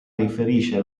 riferisce